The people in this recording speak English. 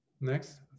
next